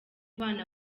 bana